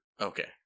Okay